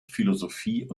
philosophie